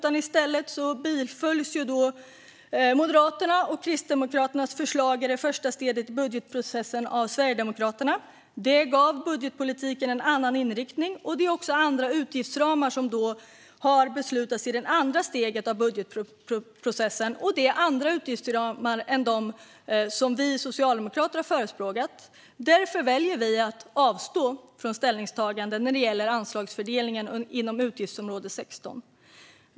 I stället bifölls Moderaternas och Kristdemokraternas förslag med stöd av Sverigedemokraterna i det första steget i budgetprocessen. Det gav budgetpolitiken en annan inriktning, och det är också andra utgiftsramar som har beslutats i det andra steget av budgetprocessen. Det handlar om andra utgiftsramar än dem som vi socialdemokrater har förespråkat. Därför väljer vi att avstå från ställningstagande när det gäller anslagsfördelningen inom utgiftsområde 16.